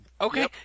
Okay